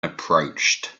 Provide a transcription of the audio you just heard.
approached